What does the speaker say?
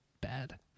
bad